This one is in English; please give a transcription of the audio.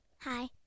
Hi